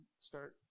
start